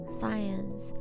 science